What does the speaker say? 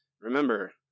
Remember